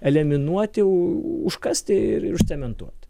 eliminuoti užkasti ir cementuoti